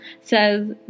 says